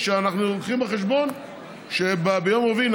כשאנחנו לוקחים בחשבון שביום רביעי כבר